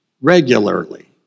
regularly